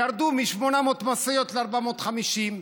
ירדו מ-800 משאיות ל-450.